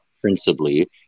principally